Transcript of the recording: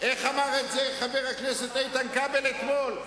איך אמר את זה חבר הכנסת איתן כבל אתמול?